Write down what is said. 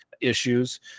issues